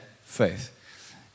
faith